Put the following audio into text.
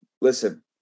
listen